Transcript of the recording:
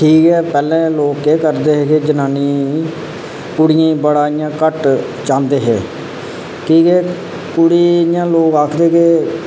ठीक ऐ पैह्लें लोक केह् करदे हे कि जनानी कुड़ियें गी इं'या बड़ा घट्ट चाहंदे हे की के कुड़ी इं'या लोक आखदे के